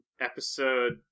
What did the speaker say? episode